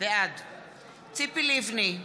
בעד ציפי לבני,